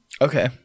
Okay